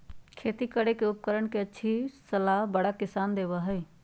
खेती करे के उपकरण के अच्छी सलाह बड़ा किसान देबा हई